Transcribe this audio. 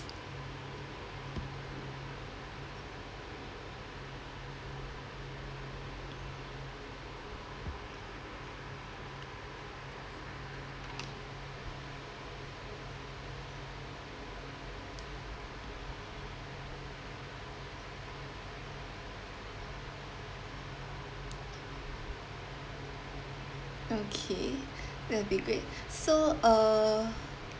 okay that'll be great so uh